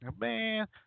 Man